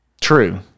true